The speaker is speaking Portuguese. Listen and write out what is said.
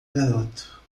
garoto